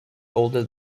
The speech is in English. older